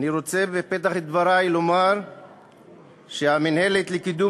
אני רוצה בפתח דברי לומר שהמינהלת לקידום